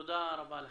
תודה רבה לכם.